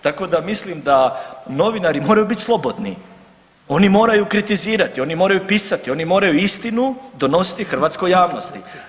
Tako da mislim da novinari moraju biti slobodni, oni moraju kritizirati, oni moraju pisati, oni moraju istinu donositi hrvatskoj javnosti.